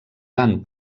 van